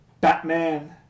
Batman